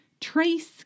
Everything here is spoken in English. trace